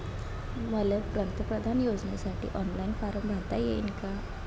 मले पंतप्रधान योजनेसाठी ऑनलाईन फारम भरता येईन का?